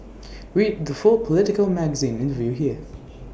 read the full Politico magazine interview here